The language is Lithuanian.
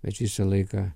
bet visą laiką